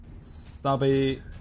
Stubby